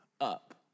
up